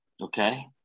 okay